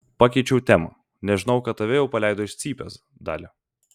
pakeičiau temą nežinojau kad tave jau paleido iš cypės dali